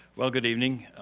well, good evening,